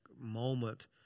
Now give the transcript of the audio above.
moment